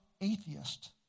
atheist